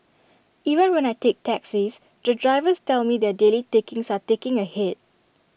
even when I take taxis the drivers tell me their daily takings are taking A hit